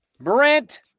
Brent